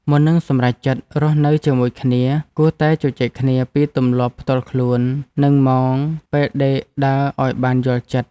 មុននឹងសម្រេចចិត្តរស់នៅជាមួយគ្នា គួរតែជជែកគ្នាពីទម្លាប់ផ្ទាល់ខ្លួន និងម៉ោងពេលដេកដើរឱ្យបានយល់ចិត្ត។